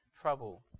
trouble